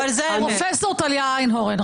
פרופ' טליה איינהורן.